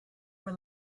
were